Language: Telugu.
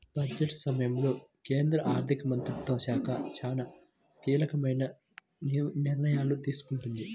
బడ్జెట్ సమయంలో కేంద్ర ఆర్థిక మంత్రిత్వ శాఖ చాలా కీలకమైన నిర్ణయాలు తీసుకుంది